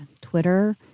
Twitter